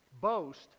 boast